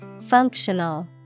Functional